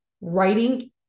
writing